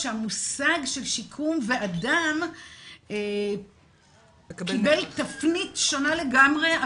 שהמושג של שיקום ואדם קיבל תפנית שונה לגמרי,